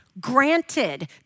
Granted